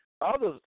Others